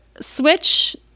switch